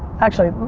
actually,